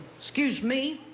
excuse me.